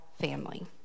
family